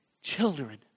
children